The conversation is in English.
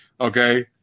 Okay